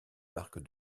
marques